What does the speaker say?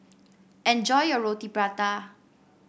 enjoy your Roti Prata